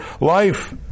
life